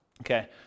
Okay